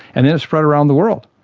and it spread around the world.